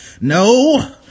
no